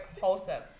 Wholesome